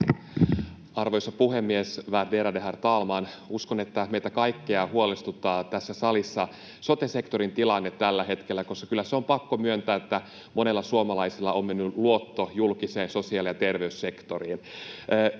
herr talman! Uskon, että meitä kaikkia huolestuttaa tässä salissa sote-sektorin tilanne tällä hetkellä. Kyllä se on pakko myöntää, että monilla suomalaisilla on mennyt luotto julkiseen sosiaali- ja terveyssektoriin.